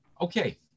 Okay